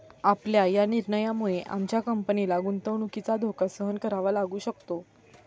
आपल्या या निर्णयामुळे आमच्या कंपनीला गुंतवणुकीचा धोका सहन करावा लागू शकतो